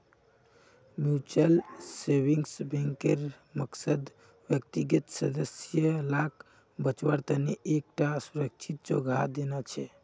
mutual savings बैंकेर मकसद व्यक्तिगत सदस्य लाक बच्वार तने एक टा सुरक्ष्हित जोगोह देना छे